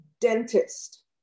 dentist